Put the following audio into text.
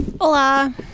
Hola